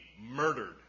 murdered